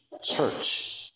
church